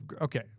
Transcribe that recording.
okay